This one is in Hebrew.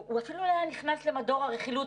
הוא אפילו לא היה נכנס למדור הרכילות,